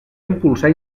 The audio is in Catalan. impulsar